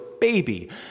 baby